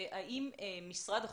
האם לדעתך ולהערכתך למשרד החוץ,